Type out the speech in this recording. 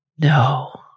No